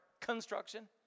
construction